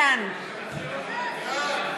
בעד